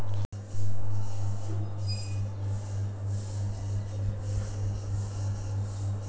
debit card कें enable अथवा disable करै खातिर नजदीकी ए.टी.एम जाउ